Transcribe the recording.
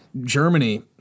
Germany